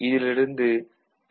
இதிலிருந்து பி